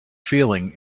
feeling